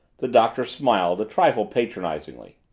the doctor smiled, a trifle patronizingly.